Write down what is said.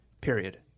Period